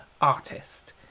artist